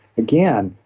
again,